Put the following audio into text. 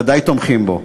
וודאי תומכים בו,